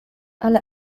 ale